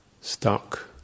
stuck